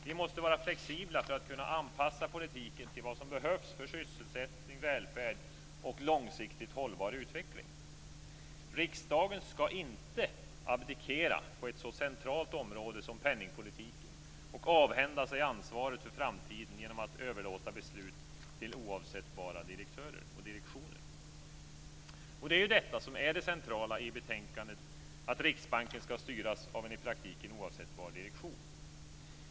Vi måste vara flexibla för att kunna anpassa politiken till vad som behövs för sysselsättning, välfärd och långsiktigt hållbar utveckling. Riksdagen skall inte abdikera på ett så centralt område som penningpolitiken och avhända sig ansvaret för framtiden genom att överlåta beslut till oavsättbara direktörer och direktioner. Det är ju detta som är det centrala i betänkandet, att Riksbanken skall styras av en i praktiken oavsättbar direktion.